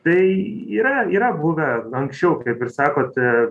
tai yra yra buvę anksčiau kaip ir sakote